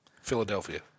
Philadelphia